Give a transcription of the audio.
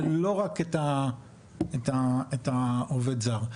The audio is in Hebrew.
ולא רק את העובד הזר.